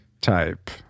type